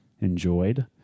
enjoyed